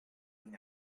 been